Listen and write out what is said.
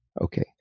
Okay